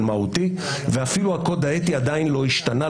מהותי ואפילו הקוד האתי עדיין לא השתנה.